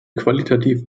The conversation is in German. qualitativ